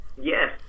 Yes